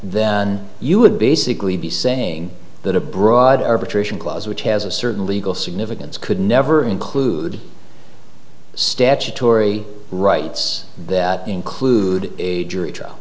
then you would basically be saying that a broad arbitration clause which has a certain legal significance could never include statutory rights that include a jury trial